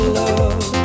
love